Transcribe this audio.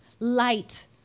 Light